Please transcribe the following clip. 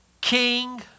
king